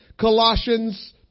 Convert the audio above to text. Colossians